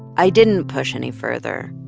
i didn't push any further.